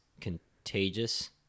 contagious